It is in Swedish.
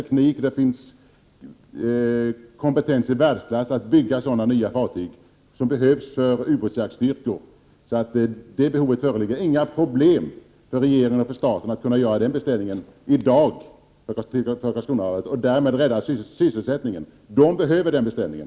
1988/89:77 teknik och kompetens i världsklass för att bygga nya sådana fartyg som 9 mars 1989 behövs för ubåtsjaktistyrkor; Det föreligger alltså inte något problem för Om förbättrat bilstöd regeringen och staten att göra den beställningen i dag hos Karlskronavarvet Hllhkandikappade och därmed rädda sysselsättningen. Varvet behöver den beställningen.